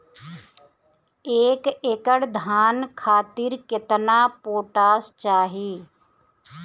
एक एकड़ धान खातिर केतना पोटाश चाही?